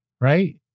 right